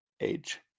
age